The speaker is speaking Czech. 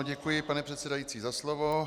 Děkuji, pane předsedající, za slovo.